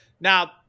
now